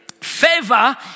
Favor